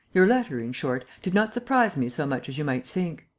your letter, in short, did not surprise me so much as you might think!